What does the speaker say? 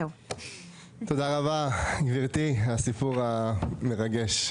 תודה רבה, גברתי, על הסיפור המרגש.